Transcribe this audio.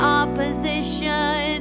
opposition